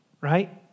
right